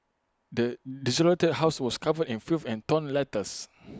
the desolated house was covered in filth and torn letters